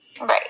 right